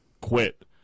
quit